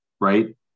right